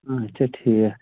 اچھا ٹھیٖک